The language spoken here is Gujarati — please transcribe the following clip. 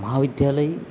મહાવિદ્યાલય